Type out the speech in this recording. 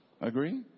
Agree